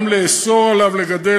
גם לאסור עליו לגדל,